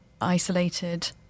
isolated